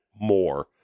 more